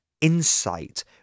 insight